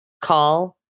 call